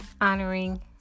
honoring